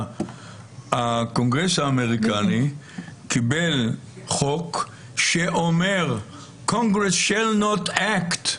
הקונגרס האמריקני קיבל חוק שאומר congress shall not act.